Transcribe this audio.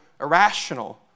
irrational